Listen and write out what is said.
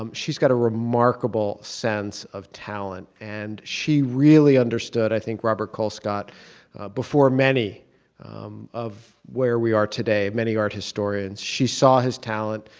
um she's got a remarkable sense of talent and she really understood, i think, robert colescott before many of where we are today, many art historians. she saw his talent,